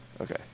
okay